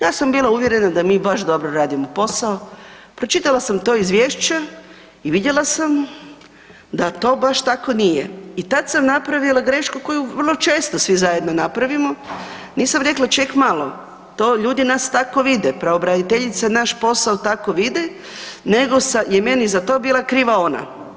Ja sam bila uvjerena da mi baš dobro radimo posao, pročitala sam to izvješće i vidjela sam da to baš tako nije i tad sam napravila grešku koju vrlo često svi zajedno napravimo, nisam rekla ček malo to ljudi nas tako vide, pravobraniteljica naš posao tako vide nego je meni za to bila kriva ona.